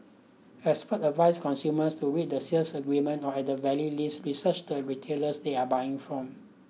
experts advise consumers to read the sales agreements or at the very least research the retailers they are buying from